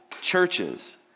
churches